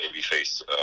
Babyface